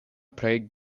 plej